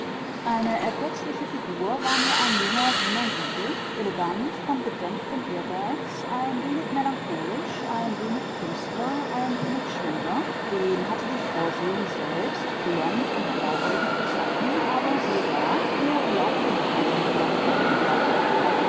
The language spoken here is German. eine ergötzliche figur war mir ein junger wiener jude elegant von gedämpftem ehrgeiz ein wenig melancholisch ein wenig künstler ein wenig schwindler den hatte die vorsehung selbst blond und blauäugig geschaffen aber siehe da er glaubte nicht an seine blondheit und